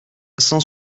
cent